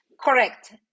Correct